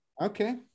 Okay